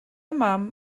mam